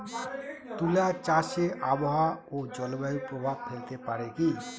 তুলা চাষে আবহাওয়া ও জলবায়ু প্রভাব ফেলতে পারে কি?